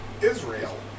Israel